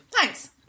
thanks